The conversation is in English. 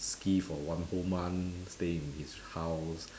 ski for one whole month stay in his house